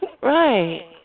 Right